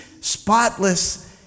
spotless